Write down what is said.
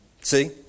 See